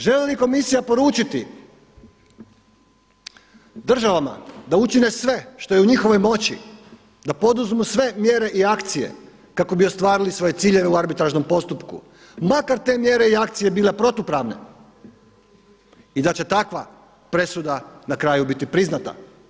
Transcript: Želi li komisija poručiti država da učine sve što je u njihovoj moći, da poduzmu sve mjere i akcije kako bi ostvarili svoje ciljeve u arbitražnom postupku makar te mjere i akcije bile protupravne i da će takva presuda na kraju biti priznata?